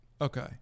Okay